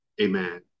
Amen